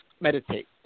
meditate